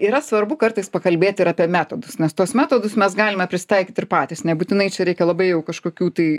yra svarbu kartais pakalbėti ir apie metodus nes tuos metodus mes galime prisitaikyti ir patys nebūtinai čia reikia labai jau kažkokių tai